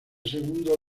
segundo